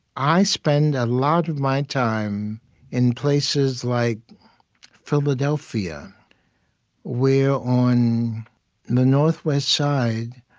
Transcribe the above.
i spend a lot of my time in places like philadelphia where, on the northwest side,